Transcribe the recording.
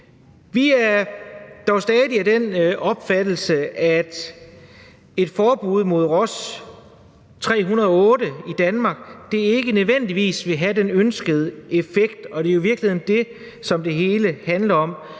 Vi er dog stadig af den opfattelse, at et forbud mod Ross 308 i Danmark ikke nødvendigvis vil have den ønskede effekt, og det er jo i virkeligheden det, som det hele handler om.